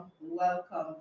welcome